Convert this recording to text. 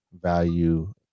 value